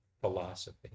philosophy